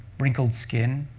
wrinkled skin,